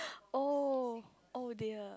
oh oh dear